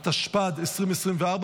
התשפ"ד 2024,